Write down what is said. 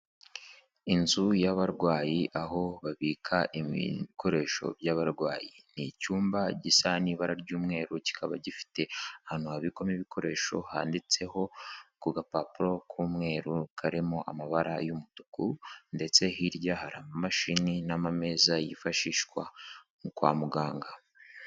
Inzu y'abarwayi aho babika ibikoresho by'abarwayi, ni icyumba gisa n'ibara ry'umweru kikaba gifite ahantu habikwamo ibikoresho handitseho ku gapapuro k'umweru karimo amabara y'umutuku, ndetse hirya hari amashini n'amameza yifashishwa kwa muganga.